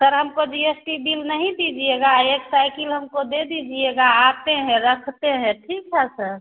sir हमको G S T bill नहीं दीजिएगा एक साइकिल हमको दे दीजिएगा आते हैं रखते हैं ठीक है सर